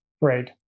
Right